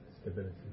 stability